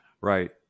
Right